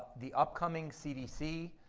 the upcoming cdc,